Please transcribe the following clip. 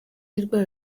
ndwara